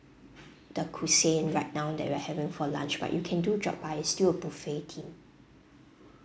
the cuisine right now that you are having for lunch but you can do drop by there's still a buffet team